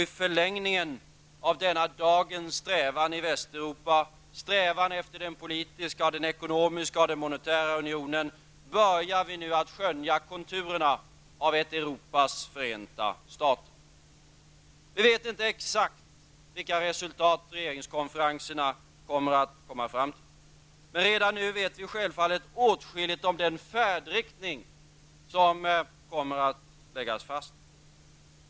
I förlängningen av dagens strävan i Västeuropa, strävan efter den politiska och den monetära unionen, börjar vi nu skönja konturerna av ett Europas Förenta stater. Vi vet inte exakt vilka resultat regeringskonferenserna kommer att uppnå. Men redan nu vet vi självfallet åtskilligt om den färdriktning som kommer att läggas fast.